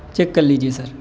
check کر لیجیے سر